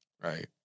right